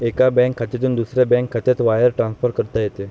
एका बँक खात्यातून दुसऱ्या बँक खात्यात वायर ट्रान्सफर करता येते